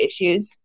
issues